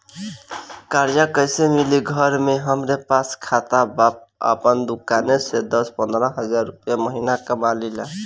कर्जा कैसे मिली घर में हमरे पास खाता बा आपन दुकानसे दस पंद्रह हज़ार रुपया महीना कमा लीला?